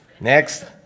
Next